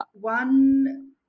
one